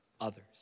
others